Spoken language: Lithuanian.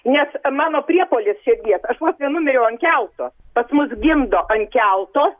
nes mano priepuolis širdies aš vos nenumiriau ant kelto pas mus gimdo ant kelto